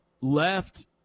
left –